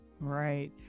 right